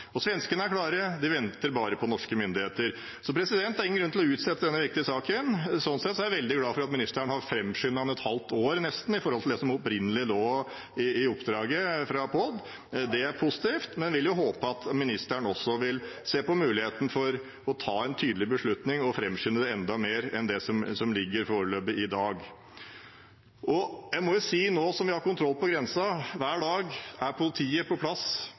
Svenskene er klare; de venter bare på norske myndigheter. Så det er ingen grunn til å utsette denne viktige saken. Sånn sett er jeg veldig glad for at ministeren har framskyndet den med nesten et halvt år i forhold til det som opprinnelig lå i oppdraget fra POD. Det er positivt, men jeg vil jo håpe at ministeren også vil se på muligheten for å ta en tydelig beslutning og framskynde det enda mer enn det som ligger foreløpig, i dag. Jeg må si, nå som vi har kontroll på grensen, at hver dag er politiet på plass